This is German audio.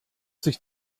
sich